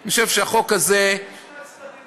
אני חושב שהחוק הזה, ואם שני הצדדים